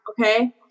okay